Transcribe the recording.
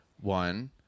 One